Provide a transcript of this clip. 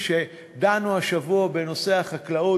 מבחינתך, שתגיד: תנו לנו שלושה חודשים.